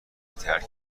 ترک